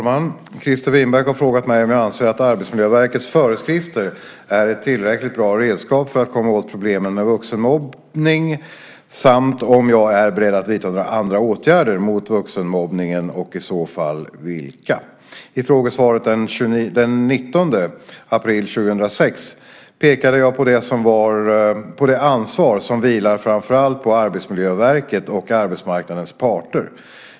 Fru talman! Christer Winbäck har frågat mig om jag anser att Arbetsmiljöverkets föreskrifter är ett tillräckligt bra redskap för att komma åt problemet med vuxenmobbning samt om jag är beredd att vidta några andra åtgärder mot vuxenmobbningen och i så fall vilka. I frågesvaret den 19 april 2006 pekade jag på det ansvar som vilar framför allt på Arbetsmiljöverket och arbetsmarknadens parter.